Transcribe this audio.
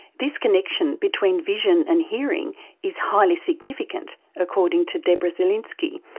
this connection between vision and hearing is highly significant according to deborah zelinksy,